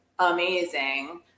Amazing